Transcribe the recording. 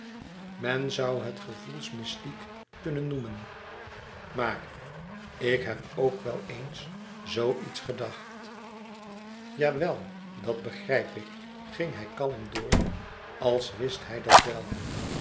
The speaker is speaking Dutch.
men zoû het gevoelsmystiek kunnen noemen maar ik heb ook wel eens zoo iets gedacht louis couperus extaze een boek van geluk jawel dat begrijp ik ging hij kalm door als wist hij dat wel